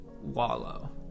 wallow